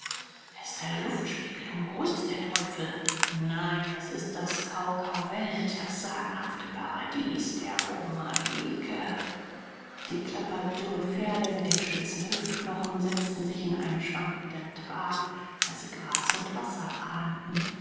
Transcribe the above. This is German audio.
ist eine luftspiegelung hol's der teufel nein es ist das kaukauveld das sagenhafte paradies der omaheke die klapperdürren pferde mit den spitzen hüftknochen setzten sich in einen schwanken trab da sie gras und wasser ahnten